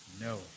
no